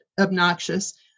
obnoxious